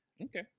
Okay